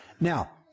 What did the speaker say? Now